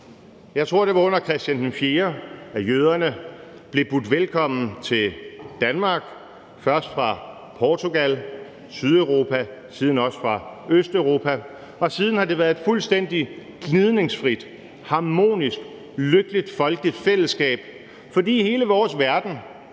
Jeg tror, det var under Christian IV, at jøderne blev budt velkommen til Danmark, først fra Portugal og Sydeuropa, siden også fra Østeuropa, og siden har det været et fuldstændig gnidningsfrit, harmonisk, lykkeligt, folkeligt fællesskab, fordi hele vores verden,